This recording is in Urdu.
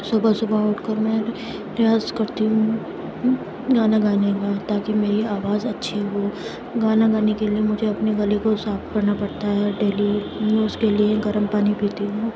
صبح صبح اٹھ کر میں ریاض کرتی ہوں گانا گانے کا تاکہ میری آواز اچھی ہو گانا گانے کے لیے مجھے اپنے گلے کو صاف کرنا پڑتا ہے ڈیلی میں اس کے لیے گرم پانی پیتی ہوں